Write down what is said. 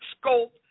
scope